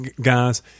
guys